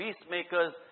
peacemakers